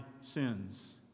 sins